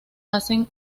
hacen